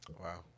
Wow